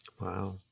Wow